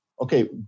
okay